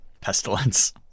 Pestilence